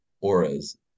auras